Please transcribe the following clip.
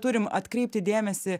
turim atkreipti dėmesį